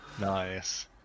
Nice